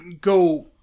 go